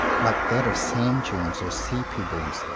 like that of sand-dunes or sea-pebbles,